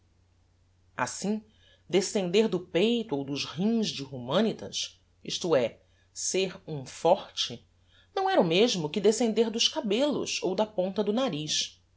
assim descender do peito ou dos rins de humanitas isto é ser um forte não era o mesmo que descender dos cabellos ou da ponta do nariz